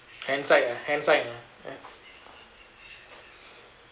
hand sign ah hand sign ah ah